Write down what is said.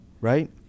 Right